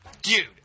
Dude